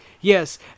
Yes